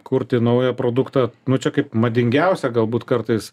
kurti naują produktą nu čia kaip madingiausią galbūt kartais